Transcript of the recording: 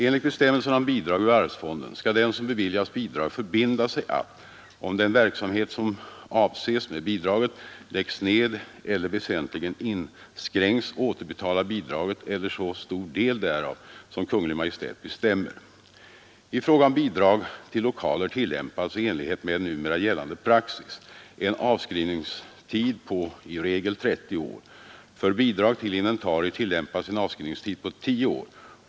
Enligt bestämmelserna om bidrag ur arvsfonden skall den som beviljats bidrag förbinda sig att, om den verksamhet som avses med bidraget läggs ned eller väsentligen inskränks, återbetala bidraget eller så stor del därav som Kungl. Maj:t bestämmer. I fråga om bidrag till lokaler tillämpas — i enlighet med numera gällande praxis — en avskrivningstid på i regel 30 år. För bidrag till inventarier tillämpas en avskrivningstid på 10 år.